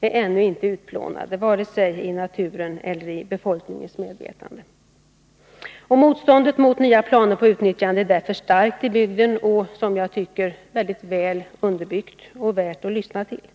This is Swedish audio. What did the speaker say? är ännu inte utplånade, varken i naturen eller i befolkningens medvetande. Motståndet mot nya planer för utnyttjande är därför starkt i bygden och, som jag tycker, mycket väl underbyggt och värt att beakta.